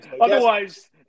otherwise